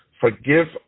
forgive